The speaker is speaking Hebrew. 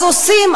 אז עושים.